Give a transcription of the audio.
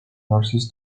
nurses